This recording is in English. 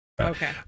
Okay